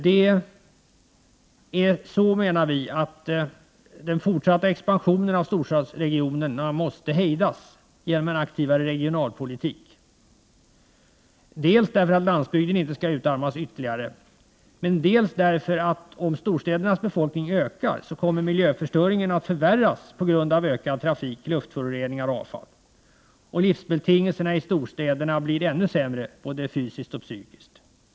Det är så, menar vi, att den fortsatta expansionen av storstadsregionerna måste hejdas genom en aktivare regionalpolitik — dels för att landsbygden inte skall utarmas ytterligare, dels därför att om storstädernas befolkning ökar så kommer miljöförstöringen att förvärras på grund av ökad trafik, luftföroreningar och avfall, och livsbeting elserna i storstäderna blir ännu sämre både fysiskt och psykiskt. Dessutom är — Prot.